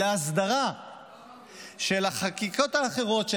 להסדרה של החקיקות האחרות,